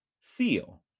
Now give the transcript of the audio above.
seal